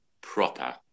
Proper